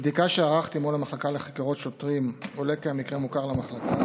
מבדיקה שערכתי מול המחלקה לחקירות שוטרים עולה כי המקרה מוכר למחלקה